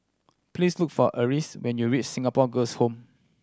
please look for Alyse when you reach Singapore Girls' Home